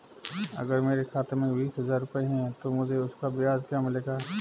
अगर मेरे खाते में बीस हज़ार रुपये हैं तो मुझे उसका ब्याज क्या मिलेगा?